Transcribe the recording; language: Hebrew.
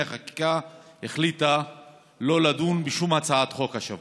חקיקה החליטה שלא לדון בשום הצעת חוק השבוע.